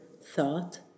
Thought